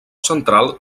central